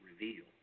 reveal